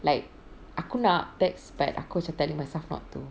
like aku nak text but aku macam telling myself not to